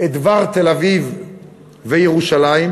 את דבר תל-אביב וירושלים,